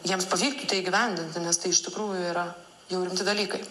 jiems pavyktų tai įgyvendinti nes tai iš tikrųjų yra jau rimti dalykai